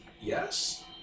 Yes